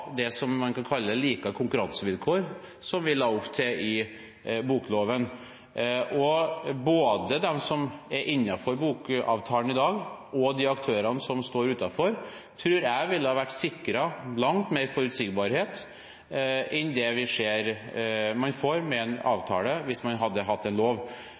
det som man kan kalle likere konkurransevilkår, som vi la opp til i bokloven. Både de som er innenfor bokavtalen i dag, og de aktørene som står utenfor, tror jeg ville ha vært sikret langt mer forutsigbarhet enn det vi ser man får med en avtale, hvis man hadde hatt en lov.